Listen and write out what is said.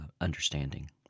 understanding